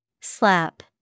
Slap